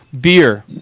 beer